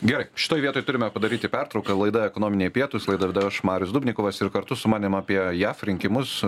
gerai šitoj vietoj turime padaryti pertrauką laida ekonominiai pietūs laidą vedu aš marius dubnikovas ir kartu su manim apie jav rinkimus